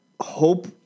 hope